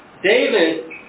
David